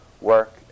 work